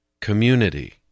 community